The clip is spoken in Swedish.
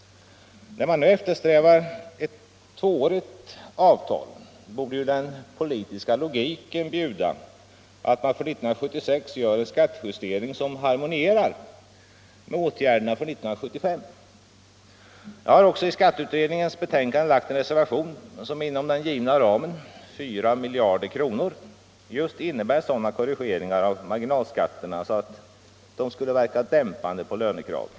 När man nu eftersträvar ett tvåårigt avtal borde ju den politiska logiken bjuda att man för 1976 gör en skattejustering som harmonierar med åtgärderna för 1975. Jag har också till skatteutredningens betänkande lagt en reservation, som inom den givna ramen, 4 miljarder kr., just innebär sådana korrigeringar av marginalskatterna, att de skulle verka dämpande på lönekraven.